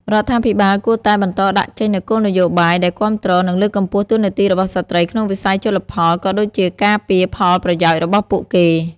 រដ្ឋាភិបាលគួរតែបន្តដាក់ចេញនូវគោលនយោបាយដែលគាំទ្រ និងលើកកម្ពស់តួនាទីរបស់ស្ត្រីក្នុងវិស័យជលផល ក៏ដូចជាការពារផលប្រយោជន៍របស់ពួកគេ។